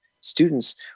students